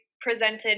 presented